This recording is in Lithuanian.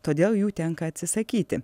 todėl jų tenka atsisakyti